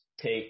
take